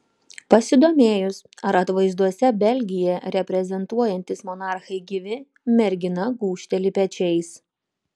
pasidomėjus ar atvaizduose belgiją reprezentuojantys monarchai gyvi mergina gūžteli pečiais